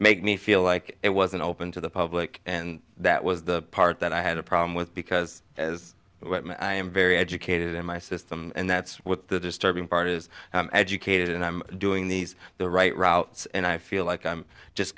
make me feel like it wasn't open to the public and that was the part that i had a problem with because as i am very educated in my system and that's what the disturbing part is educated and i'm doing these the right routes and i feel like i'm just